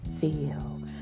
feel